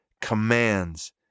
commands